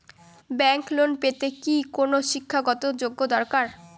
Bank loan পেতে কি কোনো শিক্ষা গত যোগ্য দরকার?